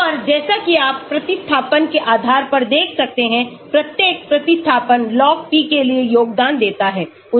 और जैसा कि आप प्रतिस्थापन के आधार पर देख सकते हैं प्रत्येक प्रतिस्थापन log p के लिए योगदान देता है